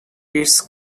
its